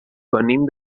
venim